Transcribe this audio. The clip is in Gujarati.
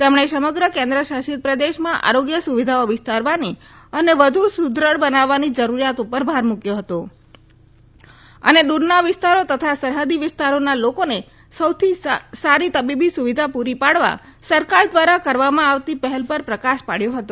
તેમણે સમગ્ર કેન્દ્ર શાસિત પ્રદેશમાં આરોગ્ય સુવિધાઓ વિસ્તારવાની અને વધુ સુદૃઢ બનાવવાની જરૂરીયાત પર ભાર મુકથો હતો અને દૂરના વિસ્તારો તથા સરફદી વિસ્તારોના લોકોને સૌથી સાર તબીબી સુવિધા પૂરી પડવા સરકાર દ્વારા કરવામાં આવતી પહેલ પર પ્રકાશ પાડ્યો હતો